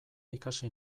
ikasi